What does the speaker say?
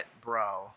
bro